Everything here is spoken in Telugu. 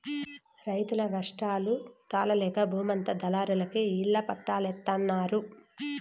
రైతులు నష్టాలు తాళలేక బూమంతా దళారులకి ఇళ్ళ పట్టాల్జేత్తన్నారు